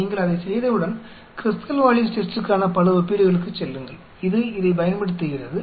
நீங்கள் அதைச் செய்தவுடன் க்ருஸ்கல் வாலிஸ் டெஸ்டுக்கான பல ஒப்பீடுகளுக்குச் செல்லுங்கள் இது இதைப் பயன்படுத்துகிறது